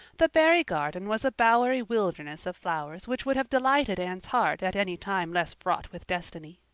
the barry garden was a bowery wilderness of flowers which would have delighted anne's heart at any time less fraught with destiny.